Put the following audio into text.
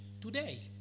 today